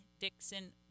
Dixon